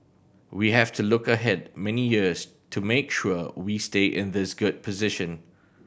we have to look ahead many years to make sure we stay in this good position